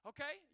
Okay